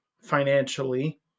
financially